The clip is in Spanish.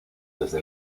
desde